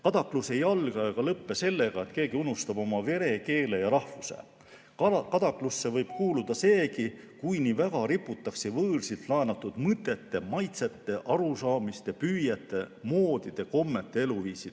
Kadaklus ei alga ega lõpe sellega, et keegi unustab oma vere, keele ja rahvuse ... Kadaklusse võib [peagi] kuuluda seegi, kui nii väga riputakse võõrsilt laenatud mõtete, maitsete, arusaamiste, püüete, moodide, kommete ja eluviiside